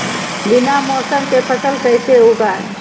बिना मौसम के फसल कैसे उगाएं?